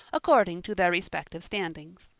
according to their respective standings.